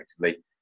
effectively